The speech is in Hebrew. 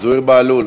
זוהיר בהלול,